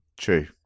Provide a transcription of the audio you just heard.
True